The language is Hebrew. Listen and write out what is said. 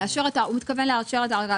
הוא מתכוון לאשר את הארכה.